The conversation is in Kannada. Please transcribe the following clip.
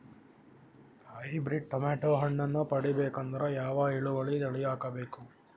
ಹೈಬ್ರಿಡ್ ಟೊಮೇಟೊ ಹಣ್ಣನ್ನ ಪಡಿಬೇಕಂದರ ಯಾವ ಇಳುವರಿ ತಳಿ ಹಾಕಬೇಕು?